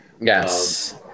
Yes